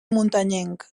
muntanyenc